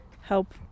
help